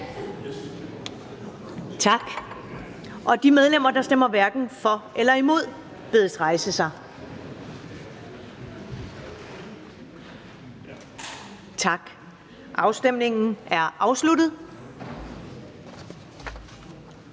Tak. De medlemmer, der stemmer hverken for eller imod, bedes rejse sig. Tak. Afstemningen er afsluttet.